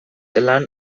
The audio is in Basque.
lan